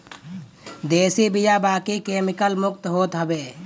देशी बिया बाकी केमिकल मुक्त होत हवे